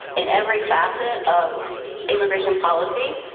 in every facet of immigration policy,